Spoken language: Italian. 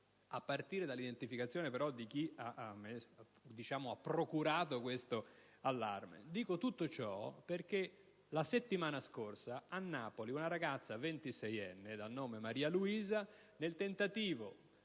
a partire dall'identificazione di chi ha procurato l'allarme. Dico tutto ciò perché la settimana scorsa a Napoli una ragazza ventiseienne, dal nome Maria Luisa, nel tentativo